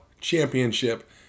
championship